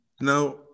now